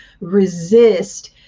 resist